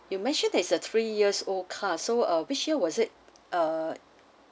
you mentioned that is a three years old car so uh which year was it uh